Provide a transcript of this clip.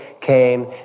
came